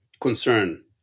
concern